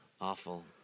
Awful